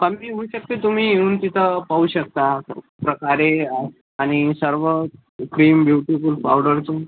कमी बी होऊ शकते तुम्ही येऊन तिथं पाहू शकता प्रकारे आ आणि सर्व क्रीम ब्युटीफुल पावडर पण